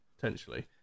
potentially